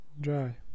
Dry